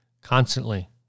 constantly